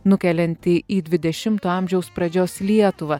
nukeliantį į dvidešimto amžiaus pradžios lietuvą